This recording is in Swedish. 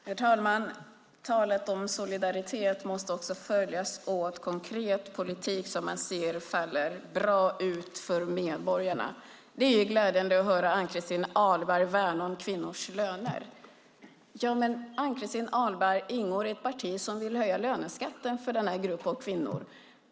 Herr talman! Talet om solidaritet måste följas av konkret politik som man ser faller bra ut för medborgarna. Det är glädjande att höra Ann-Christin Ahlberg värna om kvinnors löner. Ann-Christin Ahlberg ingår i ett parti som vill höja löneskatten för denna grupp av kvinnor.